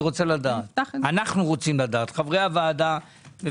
רוצים לדעת, חברי הוועדה.